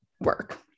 work